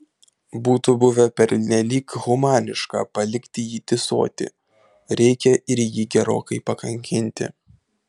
būtų buvę pernelyg humaniška palikti jį tįsoti reikia ir jį gerokai pakankinti